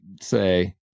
say